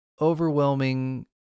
overwhelming